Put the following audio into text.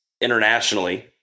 internationally